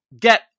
Get